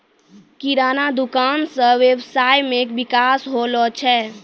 किराना दुकान से वेवसाय मे विकास होलो छै